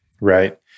right